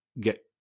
get